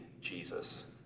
Jesus